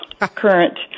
current